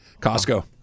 Costco